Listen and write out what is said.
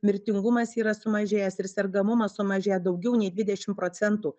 mirtingumas yra sumažėjęs ir sergamumas sumažėję daugiau nei dvidešimt procentų